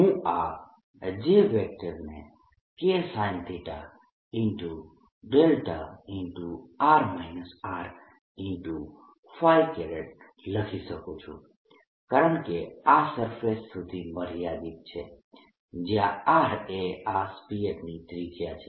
હું આ J ને Ksinθ δ લખી શકું છું કારણકે આ સરફેસ સુધી મર્યાદિત છે જ્યાં R એ આ સ્ફીયરની ત્રિજ્યા છે